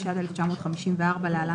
התשי"ד-1954 (להלן,